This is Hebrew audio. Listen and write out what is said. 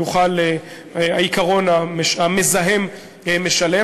יוחל העיקרון "המזהם משלם".